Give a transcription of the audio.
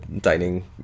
dining